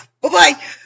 Bye-bye